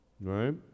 Right